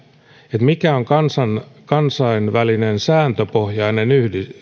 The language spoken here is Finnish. siitä mikä on kansainvälinen sääntöpohjainen